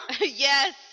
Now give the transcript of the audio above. Yes